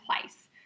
place